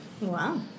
Wow